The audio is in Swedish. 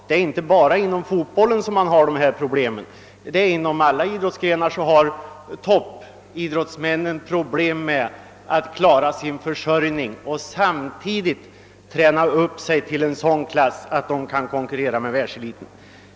Det är inte bara inom fotbollen som man har dessa problem. Inom alla idrottsgrenar har toppidrottsmännen problem med att klara sin försörjning samtidigt som de måste träna upp sig till sådan klass, att de kan konkurrera med världseliten.